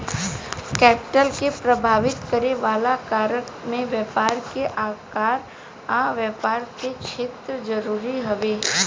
capital के प्रभावित करे वाला कारण में व्यापार के आकार आ व्यापार के क्षेत्र जरूरी हवे